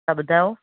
त ॿुधायो